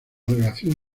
relación